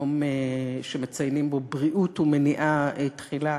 היום שמציינים בו בריאות ומניעה תחילה,